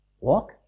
walk